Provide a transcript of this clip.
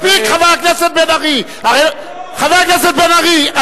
אתה מתנהג, מספיק, חבר הכנסת בן-ארי.